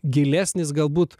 gilesnis galbūt